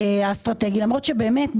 למרות שבאמת,